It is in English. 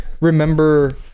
remember